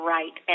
Right